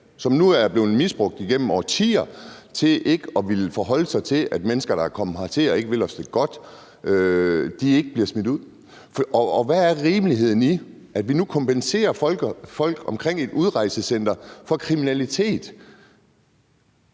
som nu er blevet misbrugt igennem årtier til ikke at ville forholde sig til, at mennesker, der er kommet hertil og ikke vil os det godt, ikke bliver smidt ud. Hvad er rimeligheden i, at vi nu kompenserer folk omkring et udrejsecenter for kriminalitet